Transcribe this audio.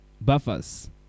buffers